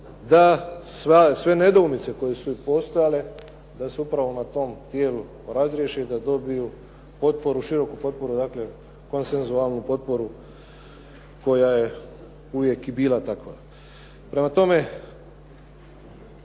da sve nedoumice koje su postojale da se upravo na tom dijelu razriješe i da dobiju potporu, široku potporu dakle, konsenzualnu potporu koja je uvijek i bila takva. Prema tome,